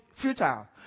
futile